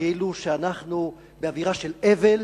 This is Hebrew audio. כאילו אנחנו באווירה של אבל,